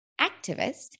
activist